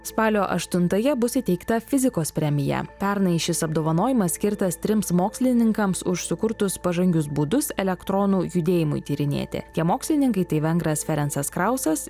spalio aštuntąją bus įteikta fizikos premija pernai šis apdovanojimas skirtas trims mokslininkams už sukurtus pažangius būdus elektronų judėjimui tyrinėti tie mokslininkai tai vengras ferencas krausas